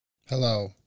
Hello